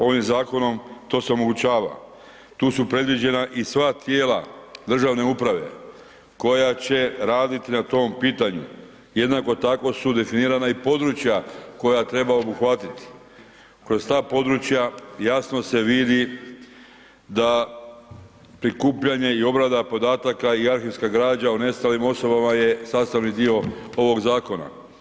Ovim zakonom to se omogućava, tu su predviđena i sva tijela državne uprave koja će raditi na tom pitanju, jednako tako su definirana i područja koja treba obuhvatiti, kroz ta područja jasno se vidi da prikupljanje i obrada podataka i arhivska građa o nestalim osobama je sastavni dio ovog zakona.